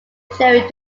cherry